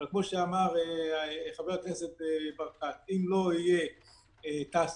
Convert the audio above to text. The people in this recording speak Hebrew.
אבל כפי שאמר חבר הכנסת ברקת, אם לא יהיו תעסוקה